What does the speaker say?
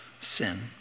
sin